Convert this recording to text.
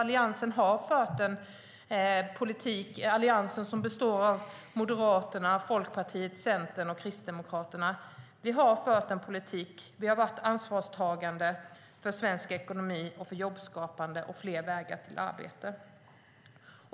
Alliansen, som består av Moderaterna, Folkpartiet, Centern och Kristdemokraterna, har fört en politik där vi har varit ansvarstagande för svensk ekonomi, jobbskapande och fler vägar till arbete.